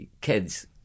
kids